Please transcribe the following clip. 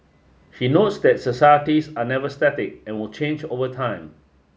he notes that societies are never static and will change over time